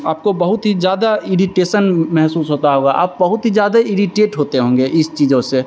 आपको बहुत ही ज़्यादा इरीटेशन महसूस होता होगा आप बहुत ही ज़्यादा इरीटेट होते होंगे इन चीज़ों से